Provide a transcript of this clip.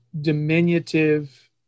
diminutive